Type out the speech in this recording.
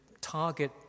target